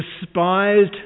despised